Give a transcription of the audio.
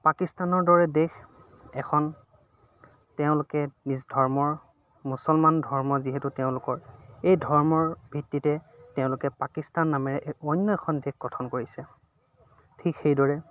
পাকিস্তানৰ দৰে দেশ এখন তেওঁলোকে নিজ ধৰ্মৰ মুছলমান ধৰ্ম যিহেতু তেওঁলোকৰ এই ধৰ্মৰ ভিত্তিতে তেওঁলোকে পাকিস্তান নামেৰে অন্য এখন দেশ গঠন কৰিছে ঠিক সেইদৰে